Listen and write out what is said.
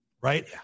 right